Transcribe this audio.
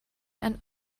and